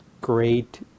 great